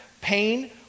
pain